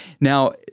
Now